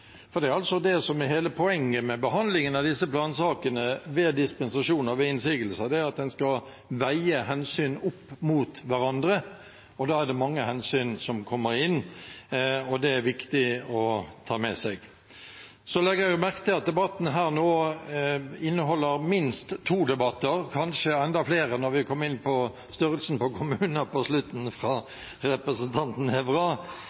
Det som er hele poenget med behandlingen av disse plansakene ved dispensasjoner og ved innsigelser, er at en skal veie hensyn opp mot hverandre, og da er det mange hensyn som kommer inn. Det er viktig å ta med seg. Så legger jeg merke til at debatten her nå inneholder minst to debatter, kanskje enda flere når en kom inn på størrelsen på kommuner på slutten,